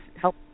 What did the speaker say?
help